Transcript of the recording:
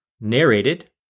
narrated